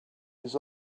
his